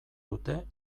dute